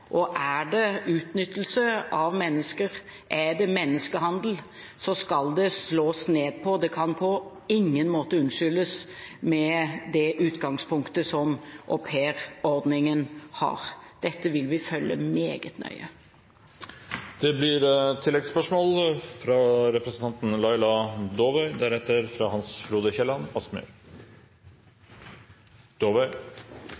Er det utnyttelse av mennesker, og er det menneskehandel, skal det slås ned på – det kan på ingen måte unnskyldes med det utgangspunktet som aupairordningen har. Dette vil vi følge meget nøye.